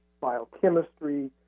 biochemistry